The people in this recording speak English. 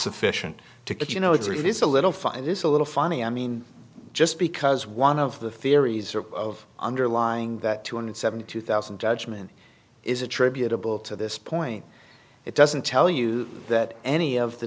sufficient to get you know it is a little fun it is a little funny i mean just because one of the theories of underlying that two hundred and seventy two thousand judgment is attributable to this point it doesn't tell you that any of the